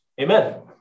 Amen